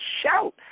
shout